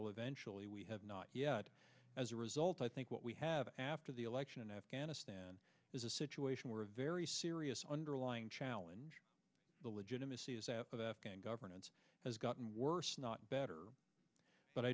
will eventually we have not yet as a result i think what we have after the election in afghanistan is a situation where a very serious underlying challenge the legitimacy of governance has gotten worse not better but i